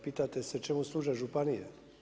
Pitate se čemu služe županije?